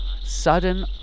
sudden